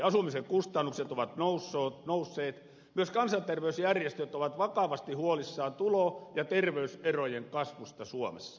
asumisen kustannukset ovat nousseet myös kansanterveysjärjestöt ovat vakavasti huolissaan tulo ja terveyserojen kasvusta suomessa